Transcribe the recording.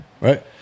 right